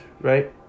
right